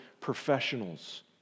professionals